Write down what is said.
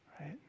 right